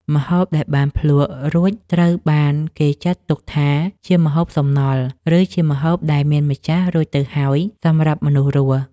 ម្ហូបដែលបានភ្លក្សរួចត្រូវបានគេចាត់ទុកថា ជាម្ហូបសំណល់ ឬជាម្ហូបដែលមានម្ចាស់រួចទៅហើយសម្រាប់មនុស្សរស់។